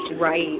right